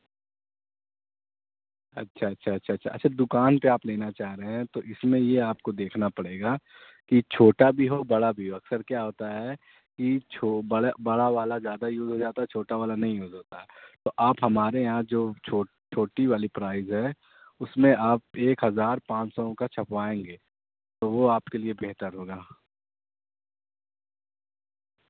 اچھا اچھا اچھا اچھا اچھا دکان پہ آپ لینا چاہ رہے ہیں تو اس میں یہ آپ کو دیکھنا پڑے گا کہ چھوٹا بھی ہو بڑا بھی ہو اکثر کیا ہوتا ہے کہ چھ بڑے بڑا والا زیادہ یوز ہو جاتا چھوٹا والا نہیں یوز ہوتا تو آپ ہمارے یہاں جو چھوٹی والی پرائز ہے اس میں آپ ایک ہزار پانچ سو کا چھپوائیں گے تو وہ آپ کے لیے بہتر ہوگا